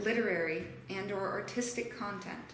literary and your artistic content